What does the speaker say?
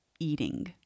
eating